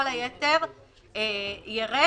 כל היתר ירד